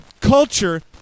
culture